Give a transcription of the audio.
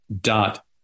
dot